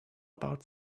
about